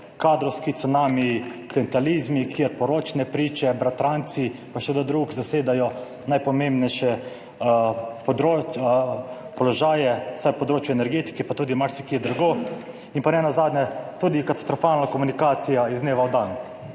Kadrovski cunami, klientelizmi, kjer poročne priče, bratranci pa še kdo drug zasedajo najpomembnejše položaje, vsaj področje energetike pa tudi marsikje drugo. Pa nenazadnje tudi katastrofalna komunikacija iz dneva v dan.